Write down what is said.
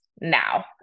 now